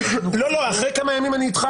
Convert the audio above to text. חינוך --- אחרי כמה ימים אני איתך.